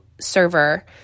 server